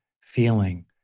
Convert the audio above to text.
feeling